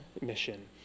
mission